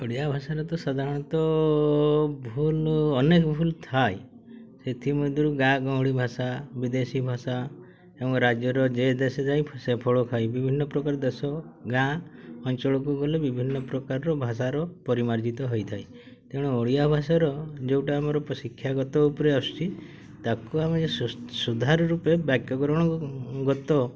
ଓଡ଼ିଆ ଭାଷାରେ ତ ସାଧାରଣତଃ ଭୁଲ୍ ଅନେକ ଭୁଲ୍ ଥାଏ ସେଥିମଧ୍ୟରୁ ଗାଁ ଗହଳି ଭାଷା ବିଦେଶୀ ଭାଷା ଏବଂ ରାଜ୍ୟର ଯେ ଦେଶେ ଯାଇ ସେ ଫଳ ଖାଇ ବିଭିନ୍ନ ପ୍ରକାର ଦେଶ ଗାଁ ଅଞ୍ଚଳକୁ ଗଲେ ବିଭିନ୍ନ ପ୍ରକାରର ଭାଷାର ପରିମାର୍ଜିତ ହୋଇଥାଏ ତେଣୁ ଓଡ଼ିଆ ଭାଷାର ଯେଉଁଟା ଆମର ଶିକ୍ଷାଗତ ଉପରେ ଆସୁଛି ତାକୁ ଆମେ ସୁଧାର ରୂପେ ବ୍ୟାକରଣଗତ